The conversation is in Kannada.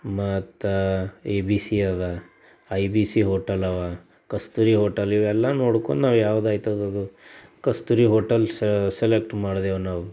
ಮತ್ತು ಎ ಬಿ ಸಿ ಇದೆ ಐ ಬಿ ಸಿ ಹೋಟೆಲ್ ಇವೆ ಕಸ್ತೂರಿ ಹೋಟೆಲ್ ಇವೆಲ್ಲ ನೋಡ್ಕೊಂಡು ನಾವು ಯಾವ್ದಾಯ್ತದು ಅದು ಕಸ್ತೂರಿ ಹೋಟೆಲ್ ಸೆಲೆಕ್ಟ್ ಮಾಡಿದೆವು ನಾವು